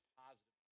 positive